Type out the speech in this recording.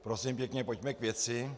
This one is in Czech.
Prosím pěkně, pojďme k věci.